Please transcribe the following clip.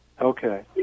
Okay